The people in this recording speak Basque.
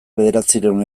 bederatziehun